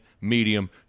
medium